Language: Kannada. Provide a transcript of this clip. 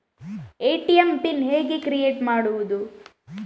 ಎ.ಟಿ.ಎಂ ಪಿನ್ ಹೇಗೆ ಕ್ರಿಯೇಟ್ ಮಾಡುವುದು?